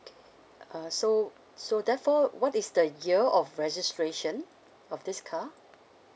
uh so so therefore what is the year of registration of this car